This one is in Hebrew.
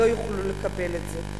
לא יוכלו לקבל את זה.